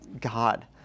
God